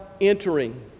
entering